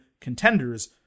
contenders